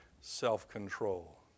self-control